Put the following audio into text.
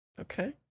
Okay